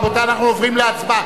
רבותי, אנחנו עוברים להצבעה.